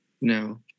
No